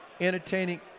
entertaining